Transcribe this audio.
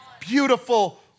beautiful